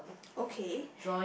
okay